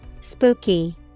Spooky